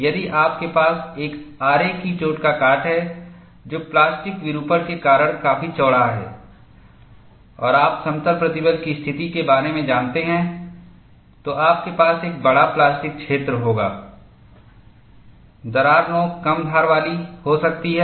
यदि आपके पास एक आरे की चोट का काट है जो प्लास्टिक विरूपण के कारण काफी चौड़ा है और आप समतल प्रतिबल की स्थिति के बारे में जानते हैं तो आपके पास एक बड़ा प्लास्टिक क्षेत्र होगा दरार नोक कम धार वाली हो सकती है